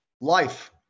Life